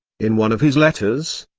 in one of his letters,